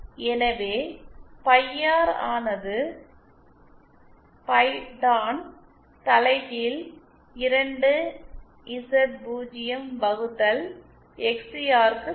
எனவே pi R ஆனது pi tan தலைகீழ் 2Z0 வகுத்தல் எக்ஸ்சிஆர்க்கு சமம்